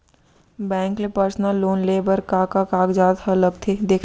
Bank ले personal loan लेये बर का का कागजात ह लगथे?